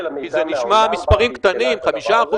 כי זה נשמע מספרים קטנים 5%,